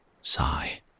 sigh